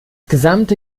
gesamte